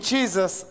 Jesus